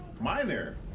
minor